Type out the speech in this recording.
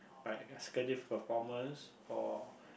like executive performance or